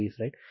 right